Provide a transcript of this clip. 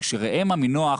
כשראם עמינח,